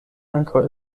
ankaŭ